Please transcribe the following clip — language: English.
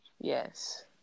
Yes